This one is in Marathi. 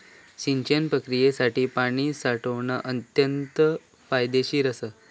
सिंचन प्रक्रियेसाठी पाणी साठवण अत्यंत फायदेशीर असा